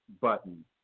button